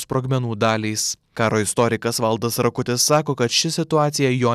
sprogmenų dalys karo istorikas valdas rakutis sako kad ši situacija jo